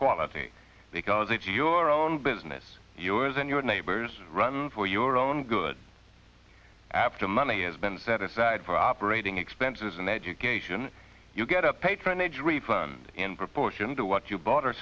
quality because it's your own business yours and your neighbors run for your own good after money has been set aside for operating expenses and education you get a patronage refund in proportion to what you bought or